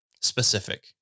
specific